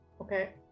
Okay